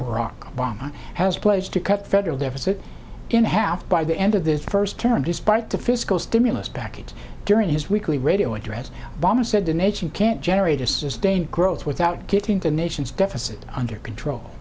obama has pledged to cut federal deficit in half by the end of the first term despite the fiscal stimulus package during his weekly radio address bamma said the nation can't generate a sustained growth without getting the nation's deficit under control